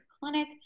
clinic